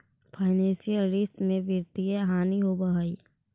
financial रिश्त में वित्तीय हानि होवऽ हई